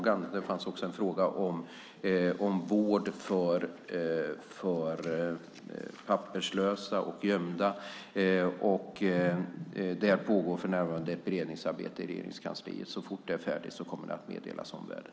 Det fanns också en fråga om vård för papperslösa och gömda. Där pågår för närvarande ett beredningsarbete i Regeringskansliet. Så fort det är färdigt kommer det att meddelas omvärlden.